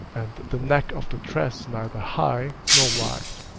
and the neck of the dress neither high nor wide.